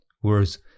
Whereas